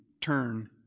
turn